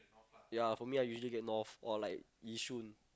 ya for me I usually get north or like Yishun